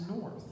north